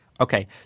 Okay